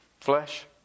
flesh